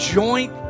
joint